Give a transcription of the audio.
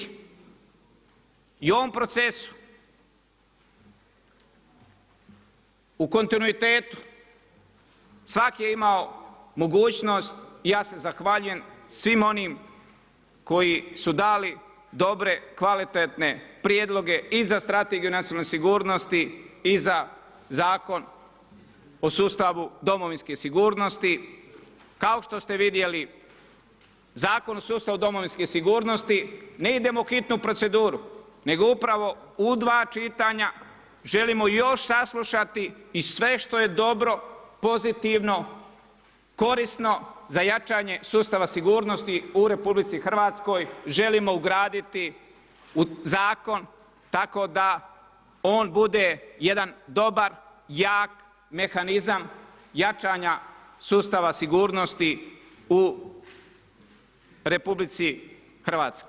I ovom procesu u kontinuitetu, svak je imao mogućnost i ja se zahvaljujem svim onim koji su dali, dobre, kvalitetne prijedloge i za strategiju nacionalne sigurnosti i za Zakon o sustavu domovinske sigurnosti, kao što ste vidjeli, Zakon o sustavu domovinske sigurnosti ne idemo u hitnu proceduru, nego upravo u dva čitanja želimo još saslušati i sve što je dobro, pozitivno, korisno za jačanje sustava sigurnosti u RH, želimo ugraditi u zakon tako da on bude jedan dobar jak mehanizam jačanja sustava sigurnosti u RH.